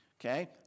Okay